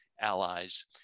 allies